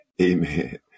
Amen